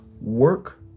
work